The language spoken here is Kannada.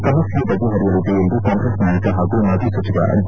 ಸಮಸ್ಥೆ ಬಗೆಪರಿಯಲಿದೆ ಎಂದು ಕಾಂಗ್ರೆಸ್ ನಾಯಕ ಹಾಗೂ ಮಾಜಿ ಸಚಿವ ಡಿ